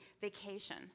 vacation